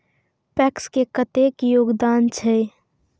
PACS के कतेक योगदान छै?